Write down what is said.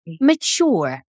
mature